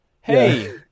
Hey